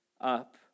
up